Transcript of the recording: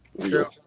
True